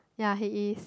ya he is